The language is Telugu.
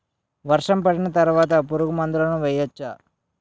వర్షం పడిన తర్వాత పురుగు మందులను వేయచ్చా?